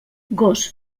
gos